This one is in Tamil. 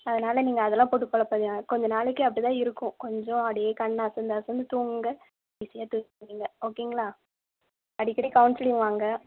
அதனால் நீங்கள் அதெல்லாம் போட்டு கொழப்பாதிங்க கொஞ்சம் நாளைக்கு அப்படி தான் இருக்கும் கொஞ்சம் அப்படியே கண்ணை அசந்து அசந்து தூங்குங்க ஈஸியாக தூங்குவீங்க ஓகேங்களா அடிக்கடி கவுன்சிலிங் வாங்க